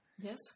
Yes